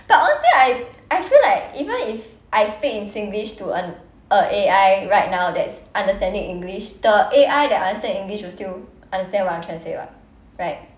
but honestly I I feel like even if I speak in singlish to an a A_I right now that's understanding english the A_I that understand english will still understand what I'm trying to say [what] right